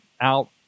out